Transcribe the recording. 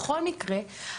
בכל מקרה,